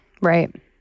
Right